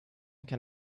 can